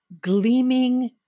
gleaming